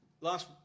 Last